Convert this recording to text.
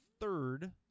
third